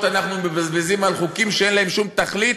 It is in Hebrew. אנחנו מבזבזים על חוקים שאין להם שום תכלית,